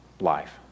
life